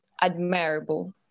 admirable